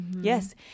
yes